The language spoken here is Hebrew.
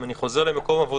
אם אני חוזר ל"מקום עבודה",